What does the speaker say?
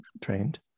trained